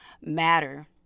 matter